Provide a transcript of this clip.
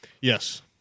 Yes